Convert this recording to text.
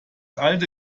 alte